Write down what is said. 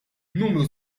numru